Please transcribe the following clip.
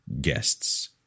guests